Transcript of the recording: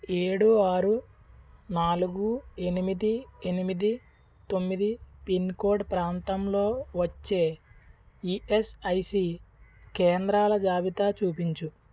ఏడు ఆరు నాలుగు ఎనిమిది ఎనిమిది తొమ్మిది పిన్ కోడ్ ప్రాంతంలో వచ్చే ఈఎస్ఐసి కేంద్రాల జాబితా చూపించుము